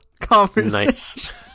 conversation